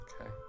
okay